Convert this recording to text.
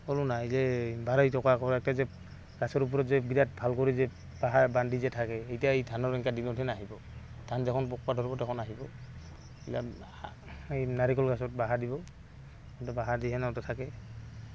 ক'লোঁ নাই যে এই বাঢ়ৈটোকা ওখ কৰে যে গাছৰ ওপৰত যে বিৰাট ভাল কৰি যে বাহাৰ বান্ধি যে থাকে এতিয়া এই ধানৰ এংকা দিনতহে নাহিব ধান যখন পকবা ধৰব তখন আহিব এইয়া এই নাৰিকল গাছত বাহা দিব এই বাহাৰ দি সেনেকৈ থাকে